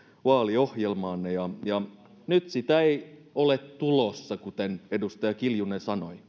vaaliohjelmaanne nyt sitä ei ole tulossa kuten edustaja kiljunen sanoi